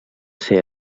ser